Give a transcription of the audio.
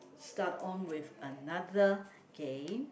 start on with another game